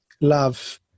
love